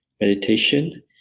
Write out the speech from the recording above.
meditation